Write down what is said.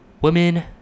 Women